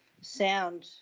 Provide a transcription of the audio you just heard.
sound